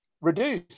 Reduce